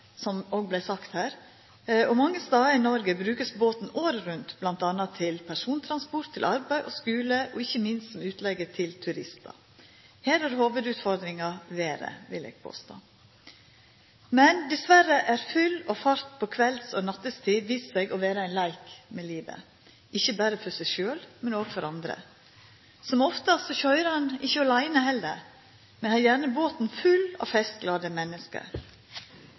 som det òg vart sagt her. Mange stader i Noreg brukar ein båten året rundt, m.a. til persontransport, til arbeid og skule, og ikkje minst til utleige til turistar. Her er hovudutfordringa vêret, vil eg påstå. Men dessverre har fyll og fart på kvelds- og nattetid vist seg å vera ein leik med livet, ikkje berre for ein sjølv, men òg for andre. Som oftast køyrer ein ikkje åleine heller. Ein har gjerne båten full av festglade menneske.